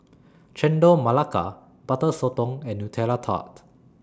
Chendol Melaka Butter Sotong and Nutella Tart